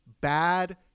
bad